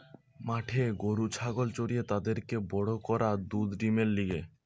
মাঠে গরু ছাগল চরিয়ে তাদেরকে বড় করা দুধ ডিমের লিগে